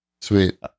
Sweet